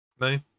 No